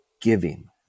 giving